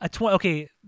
Okay